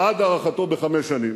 בעד הארכתו בחמש שנים.